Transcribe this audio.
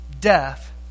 death